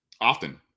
often